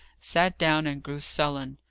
sat down and grew sullen.